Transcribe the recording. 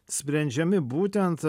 sprendžiami būtent